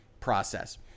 process